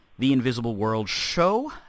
theinvisibleworldshow